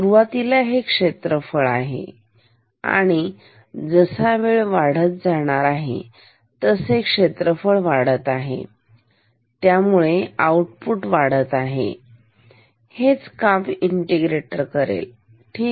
सुरुवातीला हे क्षेत्रफळ आहे आणी जसा वेळ वाढत आहे तसे क्षेत्रफळ वाढत आहे त्यामुळे आउटपुट वाढत आहे हेच काम इंटेग्रेटर करेलठीक